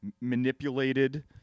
manipulated